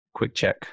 QuickCheck